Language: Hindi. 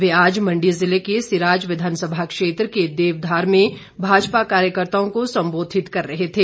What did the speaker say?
वे आज मंडी जिले सिराज विधानसभा क्षेत्र के देवधार में भाजपा कार्यकर्ताओं को संबोधित कर रहे थे